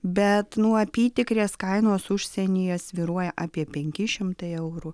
bet nuo apytikrės kainos užsienyje svyruoja apie penki šimtai eurų